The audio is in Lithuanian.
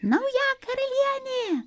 nauja karalienė